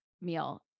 meal